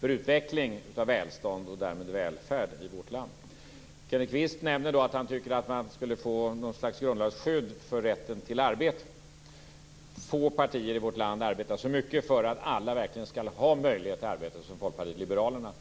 för utvecklingen av välstånd, och därmed också välfärd, i vårt land. Kenneth Kvist nämner att han tycker att man skulle få något slags grundlagsskydd för rätten till arbete. Få partier i vårt land arbetar så mycket för att alla verkligen skall ha möjlighet till arbete som Folkpartiet liberalerna.